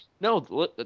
No